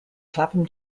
clapham